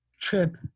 trip